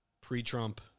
pre-Trump